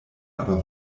aber